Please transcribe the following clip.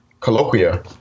colloquia